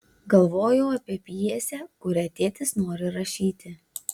galvojau apie pjesę kurią tėtis nori rašyti